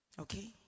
Okay